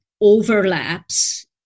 overlaps